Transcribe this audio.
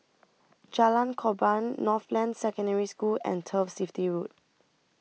Jalan Korban Northland Secondary School and Turf City Road